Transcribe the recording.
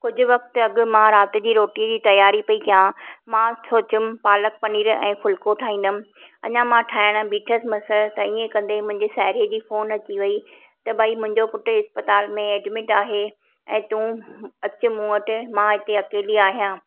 कुझु वक़्तु अॻु मां राति जी रोटीअ जी तयारी पई कयां मां सोचियमि पालक पनीर ऐं फ़ुलिको ठाहींदमि अञा मां ठाहिणु बीठसि मस त ईअं कंदे मुंहिंजे साहेड़ीअ जी फोन अची वई त भई मुंहिंजो पुटु इस्पतालि में एडमिट आहे ऐं तूं अचु मूं वटि मां हिते अकेली आहियां